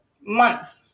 month